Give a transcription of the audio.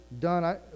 done